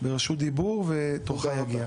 אנחנו רשמנו אותך כבר ברשות דיבור ותורך יגיע.